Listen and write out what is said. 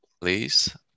please